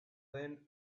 then